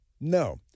No